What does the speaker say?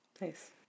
Nice